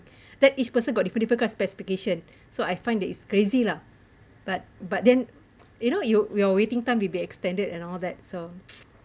that each person got different different kind specification so I find that is crazy lah but but then you know you your waiting time will be extended and all that so